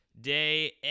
day